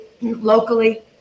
locally